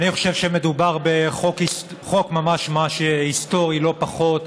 אני חושב שמדובר בחוק ממש ממש היסטורי, לא פחות.